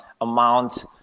amount